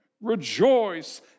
rejoice